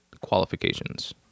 qualifications